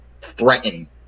threaten